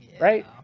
right